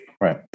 Right